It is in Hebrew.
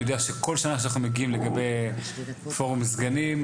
אני יודע שכל שנה שאנחנו מגיעים לגבי פורום סגנים,